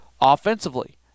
Offensively